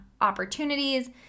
opportunities